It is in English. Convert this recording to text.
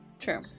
True